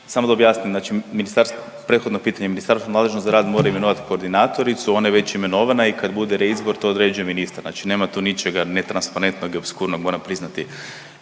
Znači ministarstvo, prethodno pitanje, ministarstvo nadležno za rad mora imenovati koordinatoricu, ona je već imenovana i kada bude reizbor, to određuje ministar, znači nema tu ničega transparentnog i opskurnog, moram priznati.